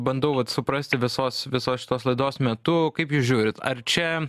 bandau vat suprasti visos visos šitos laidos metu kaip jūs žiūrit ar čia